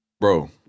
Bro